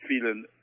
feeling